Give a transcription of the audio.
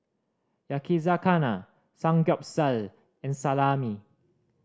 Yakizakana Samgyeopsal and Salami